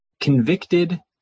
convicted